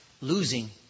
losing